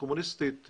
הקומוניסטית,